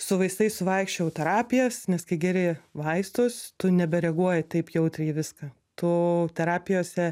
su vaistais suvaikščiojau terapijas nes kai geri vaistus tu nebereaguoji taip jautriai į viską tu terapijose